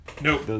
Nope